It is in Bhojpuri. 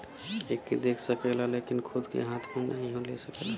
एके देख सकला लेकिन खूद के हाथ मे नाही ले सकला